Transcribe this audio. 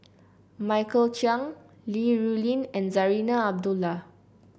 Michael Chiang Li Rulin and Zarinah Abdullah